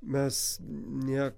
mes ne